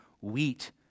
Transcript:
wheat